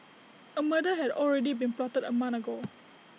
A murder had already been plotted A month ago